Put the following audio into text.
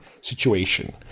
situation